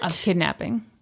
kidnapping